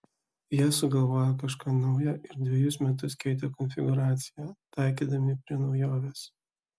jie sugalvojo kažką nauja ir dvejus metus keitė konfigūraciją taikydami prie naujovės